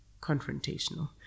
confrontational